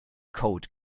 code